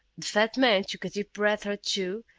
the fat man took a deep breath or two,